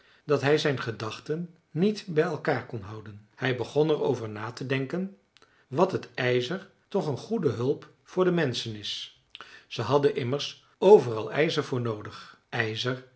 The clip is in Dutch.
dat hij zijn gedachten niet bij elkaar kon houden hij begon er over na te denken wat het ijzer toch een goede hulp voor de menschen is ze hadden immers overal ijzer voor noodig ijzer